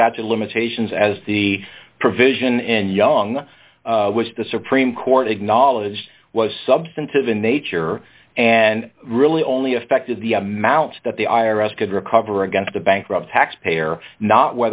a statute of limitations as the provision in young was the supreme court acknowledged was substantive in nature and really only affected the amount that the i r s could recover against a bankrupt tax payer not